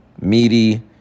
Meaty